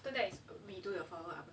so that is we do the follow up already